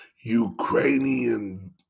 Ukrainian